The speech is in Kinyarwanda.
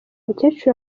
mukecuru